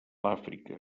àfrica